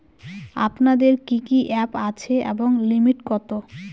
আপনাদের কি কি অ্যাপ আছে এবং লিমিট কত?